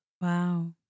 wow